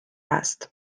است